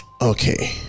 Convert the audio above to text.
Okay